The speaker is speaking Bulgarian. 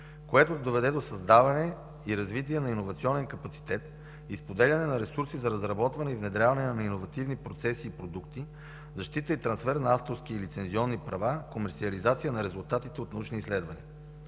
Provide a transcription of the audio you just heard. което ще доведе до създаване и развитие на иновационен капацитет и споделяне на ресурси за разработване и внедряване на иновативни процеси и продукти, защита и трансфер на авторски и лицензионни права, комерсиализация на резултатите от научни изследвания.